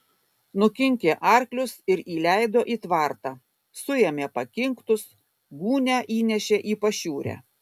nukinkė arklius ir įleido į tvartą suėmė pakinktus gūnią įnešė į pašiūrę